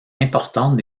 importante